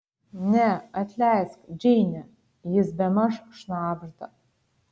ne atleisk džeine jis bemaž šnabžda